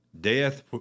death